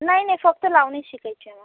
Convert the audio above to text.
नाही नाही फक्त लावणीच शिकायची आहे मॅम